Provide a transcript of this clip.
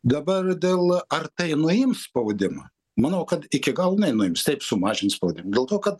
dabar dėl ar tai nuims spaudimą manau kad iki galo nenuims teip sumažins spaudimą dėl to kad